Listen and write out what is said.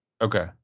okay